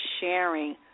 sharing